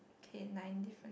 okay nine difference